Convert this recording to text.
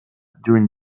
during